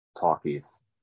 talkies